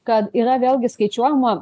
kad yra vėlgi skaičiuojama